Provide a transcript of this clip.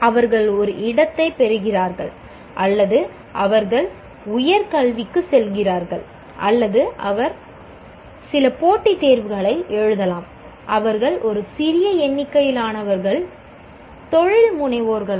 அவர்கள் ஒரு இடத்தைப் பெறுகிறார்கள் அல்லது அவர்கள் உயர் கல்விக்குச் செல்கிறார்கள் அல்லது அவர்கள் சில போட்டித் தேர்வுகளை எழுதலாம் அவர்கள் ஒரு சிறிய எண்ணிக்கையிலானவர்களாக தொழில் முனைவோர்களாக